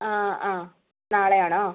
നാളെയാണോ